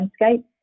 landscape